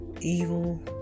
evil